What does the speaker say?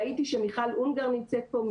ראיתי שמיכל אונגר נמצאת פה,